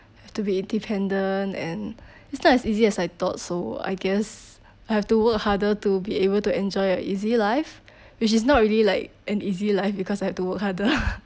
have to be independent and it's not as easy as I thought so I guess I have to work harder to be able to enjoy a easy life which is not really like an easy life because I have to work harder